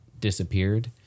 disappeared